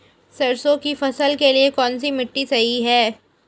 सरसों की फसल के लिए कौनसी मिट्टी सही हैं?